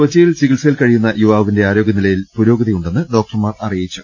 കൊച്ചിയിൽ ചികിത്സയിൽ കഴിയുന്ന യുവാവിന്റെ ആരോഗ്യനിലയിൽ പുരോഗതിയുണ്ടെന്ന് ഡോക്ടർമാർ അറിയിച്ചു